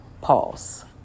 pause